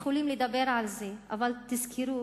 יכולים לדבר על זה, אבל תזכרו